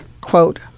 quote